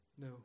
No